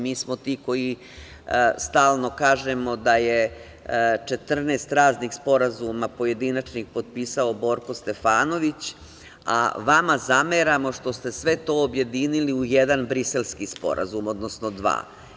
Mi smo ti koji stalno kažemo da je 14 raznih sporazuma, pojedinačnih potpisao Borko Stefanović, a vama zameramo što ste sve to objedinili u jedan Briselski sporazum, odnosno dva.